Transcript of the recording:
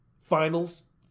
finals